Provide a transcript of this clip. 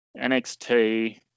NXT